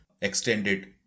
extended